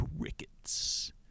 crickets